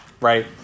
Right